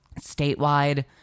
statewide